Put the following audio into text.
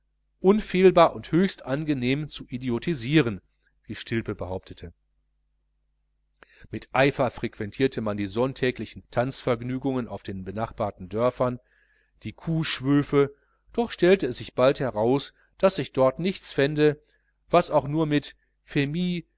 unfehlbar und höchst angenehm zu idiotisieren wie stilpe behauptete mit eifer frequentierte man die sonntägigen tanzvergnügungen auf den benachbarten dörfern die kuhschwöfe doch stellte es sich bald heraus daß sich dort nichts fände was auch nur mit